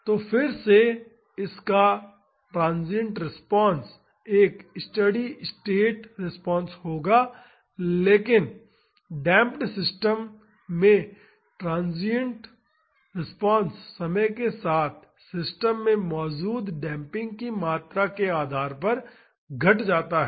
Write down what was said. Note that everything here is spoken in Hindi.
तो फिर से इसका ट्रांसिएंट रिस्पांस और एक स्टेडी स्टेट रिस्पांस होगा लेकिन डेमप्ड सिस्टम में ट्रांसिएंट रिस्पांस समय के साथ सिस्टम में मौजूद डेम्पिंग की मात्रा के आधार पर घट जाता है